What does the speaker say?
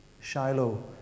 Shiloh